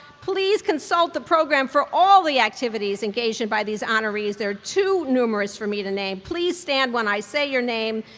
please consult the program for all the activities engaged in by these honorees. they're too numerous for me to name. please stand when i say your name.